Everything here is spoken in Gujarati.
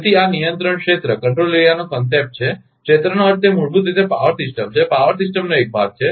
તેથી આ નિયંત્રણ ક્ષેત્રનો કંસેપ્ટવિચાર છે ક્ષેત્રનો અર્થ તે મૂળભૂત રીતે પાવર સિસ્ટમ છે પાવર સિસ્ટમનો એક ભાગ છે